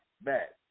back